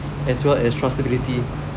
as well as trustability